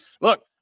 look